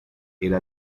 era